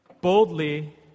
boldly